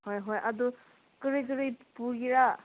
ꯍꯣꯏ ꯍꯣꯏ ꯑꯗꯨ ꯀꯔꯤ ꯀꯔꯤ ꯄꯨꯒꯦꯔꯥ